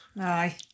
Aye